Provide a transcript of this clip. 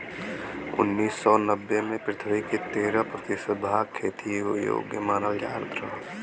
उन्नीस सौ नब्बे में पृथ्वी क तेरह प्रतिशत भाग खेती योग्य मानल जात रहल